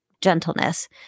gentleness